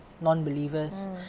non-believers